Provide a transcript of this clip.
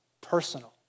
personal